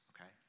okay